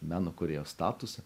meno kūrėjo statusą